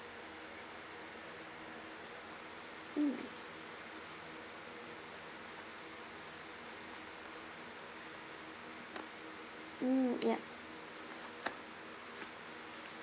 mm mm ya